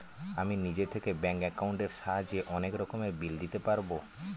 আমি নিজে থেকে ব্যাঙ্ক একাউন্টের সাহায্যে অনেক রকমের বিল দিতে পারবো